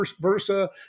versa